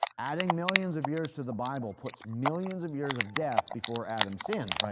adding millions of years to the bible puts millions of years of death before adam sinned,